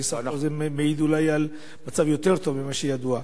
כי סך הכול זה מעיד אולי על מצב יותר טוב ממה שידוע.